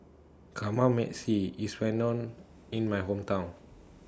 Kamameshi IS Well known in My Hometown